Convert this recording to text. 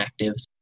actives